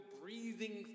breathing